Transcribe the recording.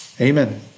Amen